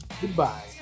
Goodbye